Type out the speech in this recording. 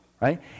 right